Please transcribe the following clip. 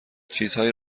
چیزهایی